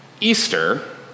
Easter